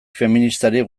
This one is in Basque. feministarik